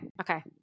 okay